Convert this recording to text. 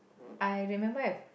I remember I've